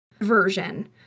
version